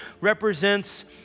represents